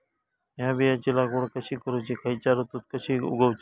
हया बियाची लागवड कशी करूची खैयच्य ऋतुत कशी उगउची?